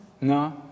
No